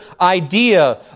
idea